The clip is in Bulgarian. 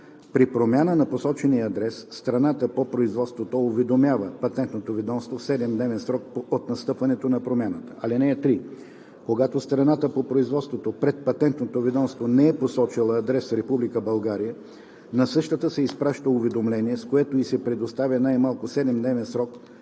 При промяна на посочения адрес страната по производството уведомява Патентното ведомство в 7-дневен срок от настъпването на промяната. (3) Когато страната по производството пред Патентното ведомство не е посочила адрес в Република България, на същата се изпраща уведомление, с което ѝ се предоставя най-малко 7-дневен срок